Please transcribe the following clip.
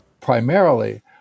primarily